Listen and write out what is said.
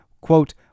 quote